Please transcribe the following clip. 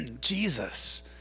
Jesus